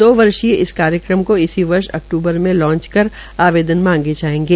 दो वर्षीय इस कार्यक्रम को इसी वर्ष अक्तूबर में लांच कर आवेदन मांगे जायेंगे